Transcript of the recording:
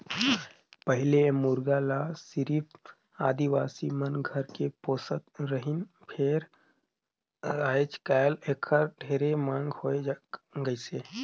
पहिले ए मुरगा ल सिरिफ आदिवासी मन घर मे पोसत रहिन फेर आयज कायल एखर ढेरे मांग होय गइसे